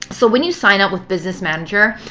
so when you sign up with business manager,